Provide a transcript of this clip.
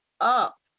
up